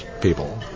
people